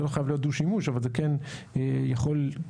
זה לא חייב להיות דו-שימוש אבל זה כן יכול הרבה